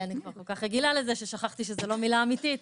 אני כבר כל כך רגילה לזה ששכחתי שזה לא מילה אמיתית.